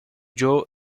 joe